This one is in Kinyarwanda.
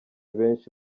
benshi